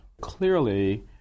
Clearly